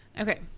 Okay